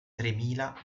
tremila